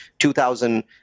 2000